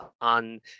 on